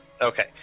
Okay